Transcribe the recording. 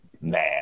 man